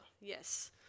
Yes